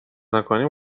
نکنیم